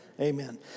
amen